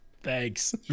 thanks